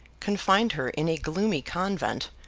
confined her in a gloomy convent,